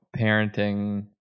parenting –